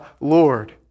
Lord